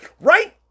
Right